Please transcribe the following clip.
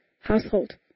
household